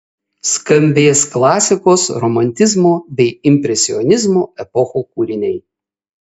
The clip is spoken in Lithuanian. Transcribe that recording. skambės klasikos romantizmo bei impresionizmo epochų kūriniai